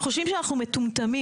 חושבים שאנחנו מטומטמים,